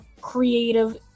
creative